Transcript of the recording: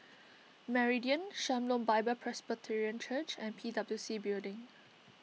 Meridian Shalom Bible Presbyterian Church and P W C Building